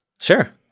Sure